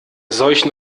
solchen